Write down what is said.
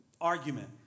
argument